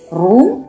room